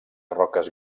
roques